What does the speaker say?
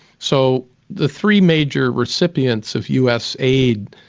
so the three major recipients of us aid,